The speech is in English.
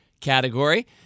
category